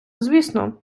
звісно